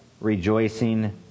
rejoicing